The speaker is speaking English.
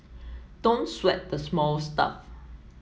don't sweat the small stuff